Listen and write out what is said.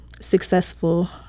successful